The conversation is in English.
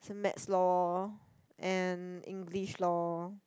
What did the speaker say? same math lor and English lor